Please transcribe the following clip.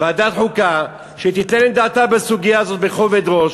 ועדת חוקה, שתיתן את דעתה בסוגיה הזאת בכובד ראש,